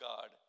God